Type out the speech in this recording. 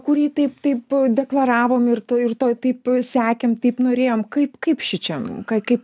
kurį taip taip deklaravom ir to ir to taip sekėm kaip norėjom kaip kaip šičia ką kaip